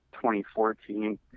2014